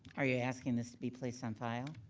are you asking this to be placed on file?